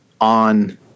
on